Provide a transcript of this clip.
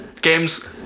games